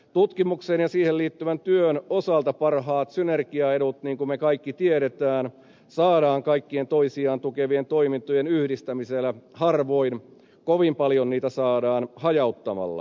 tutkimuksen ja siihen liittyvän työn osalta parhaat synergiaedut niin kuin me kaikki tiedämme saadaan kaikkien toisiaan tukevien toimintojen yhdistämisellä harvoin niitä kovin paljon saadaan hajauttamalla